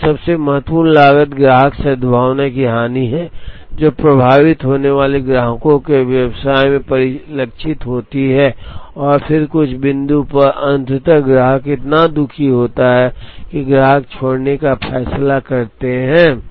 दूसरी और सबसे महत्वपूर्ण लागत ग्राहक सद्भावना की हानि है जो प्रभावित होने वाले ग्राहकों के व्यवसाय में परिलक्षित होती है और फिर कुछ बिंदु पर अंततः ग्राहक इतना दुखी होता है कि ग्राहक छोड़ने का फैसला करता है